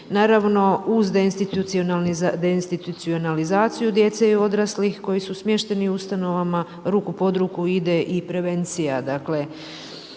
Naravno, uz deinstitucionalizaciju djece i odraslih koji su smješteni u ustanovama, ruku pod ruku ide i prevencija